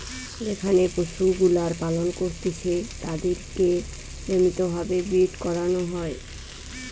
যেখানে পশুগুলার পালন করতিছে তাদিরকে নিয়মিত ভাবে ব্রীড করানো হয়